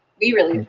we really